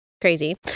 crazy